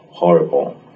horrible